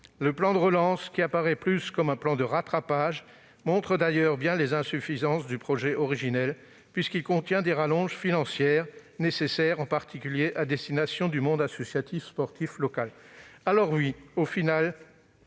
le plan de relance, qui apparaît plus comme un plan de rattrapage, montre bien les insuffisances du projet originel, puisqu'il contient de nécessaires rallonges financières, en particulier à destination du monde associatif sportif local. Au final,